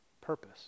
purpose